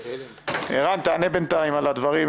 ערן, תענה בינתיים על הדברים.